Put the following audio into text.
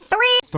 Three